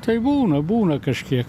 tai būna būna kažkiek